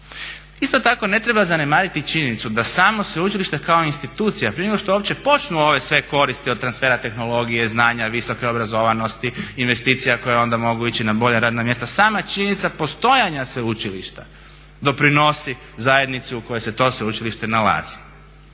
Isto tako ne treba zanemariti činjenicu da samo sveučilište kao institucija prije nego što uopće počnu ove sve koristi od transfera tehnologije, znanja, visoke obrazovanosti, investicija koja onda mogu ići na bolja radna mjesta, sama činjenica postojanja sveučilišta doprinosi zajednici u kojoj se to sveučilište nalazi.